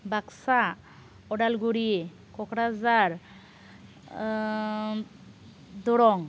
Baksa Udalguri Kokrajhar Darrang